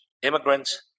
Immigrants